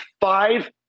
five